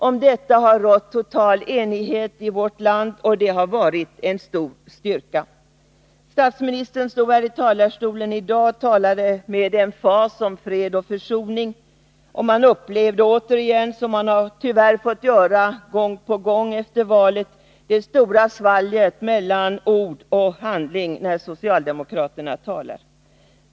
Om detta har det rått total enighet i vårt land, och det har varit en stor styrka. Statsministern stod här i talarstolen i dag och talade med emfas om fred och försoning. Man upplevde återigen, som man tyvärr har fått göra gång på gång efter valet, det stora svalget mellan ord och handling när socialdemokraterna talar.